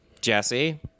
Jesse